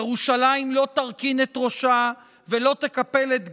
ירושלים לא תרכין את ראשה ולא תקפל את דגליה.